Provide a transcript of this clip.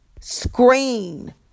Screen